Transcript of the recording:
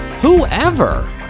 whoever